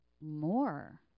more